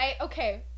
Okay